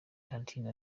tantine